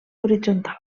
horitzontal